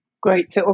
Great